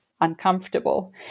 uncomfortable